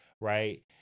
right